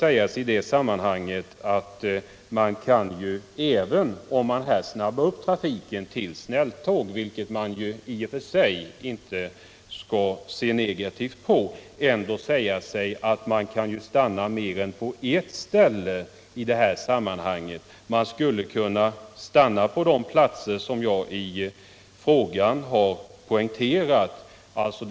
Även om man snabbar upp trafiken så att det blir snälltåg, vilket man i och för sig inte skall se negativt på, borde tågen kunna stanna på mer än ett ställe utmed sträckan. De skulle kunna stanna på de platser som jag poängterat i min fråga.